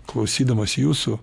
klausydamas jūsų